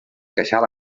queixal